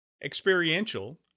Experiential